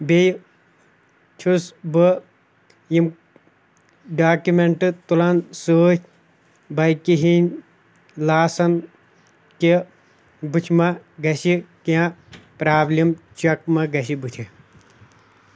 بیٚیہِ چھُس بہٕ یِم ڈاکیومٮ۪نٛٹہِ تُلان سۭتۍ بایکہِ ہٕنٛدۍ لاسَن کہِ بُتھِ ما گژھِ کیٚنٛہہ پرٛابلِم چَک ما گژھِ بُتھِ